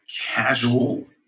casual